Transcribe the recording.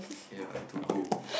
ya to go